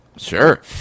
Sure